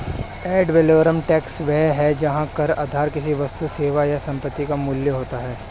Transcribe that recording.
add valorem tax वह है जहां कर आधार किसी वस्तु, सेवा या संपत्ति का मूल्य होता है